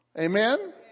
Amen